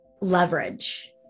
leverage